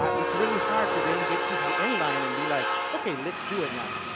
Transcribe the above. um it's really hard to then get to the inline and be, like, okay. let's do it now.